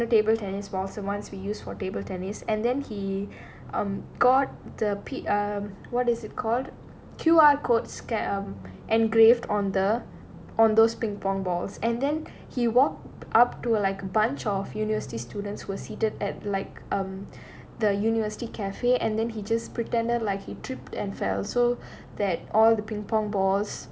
ping pong balls in the table tennis while someone's we use for table tennis and then he got the pit err what is it called Q_R code scan um and graved on the on those ping pong balls and then he walked up to like bunch of university students were seated at like um the university cafe and then he just pretended like he tripped and fell so that all the ping pong balls